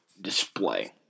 display